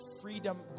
freedom